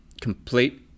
complete